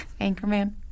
Anchorman